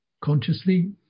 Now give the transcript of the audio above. consciously